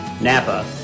NAPA